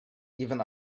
even